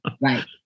right